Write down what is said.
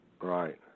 Right